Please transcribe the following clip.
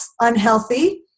unhealthy